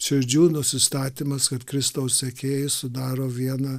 širdžių nusistatymas kad kristaus sekėjai sudaro vieną